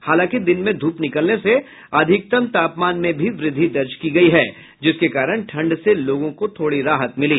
हालांकि दिन में ध्रप निकलने से अधिकतम तापमान में भी वृद्धि दर्ज की गयी जिसके कारण ठंड से लोगों को थोड़ी राहत मिली